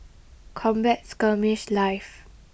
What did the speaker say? Combat Skirmish Live